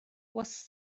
was